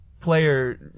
player